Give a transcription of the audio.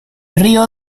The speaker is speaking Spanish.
río